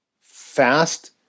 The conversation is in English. fast